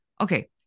Okay